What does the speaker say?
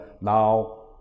now